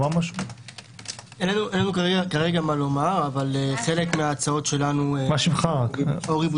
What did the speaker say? אין לנו כרגע מה לומר, אבל ההצעות שלנו ושל